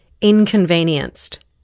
inconvenienced